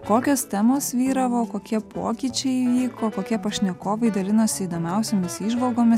kokios temos vyravo kokie pokyčiai įvyko kokie pašnekovai dalinosi įdomiausiomis įžvalgomis